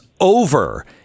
over